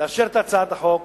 לאשר את הצעת החוק,